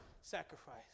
sacrifice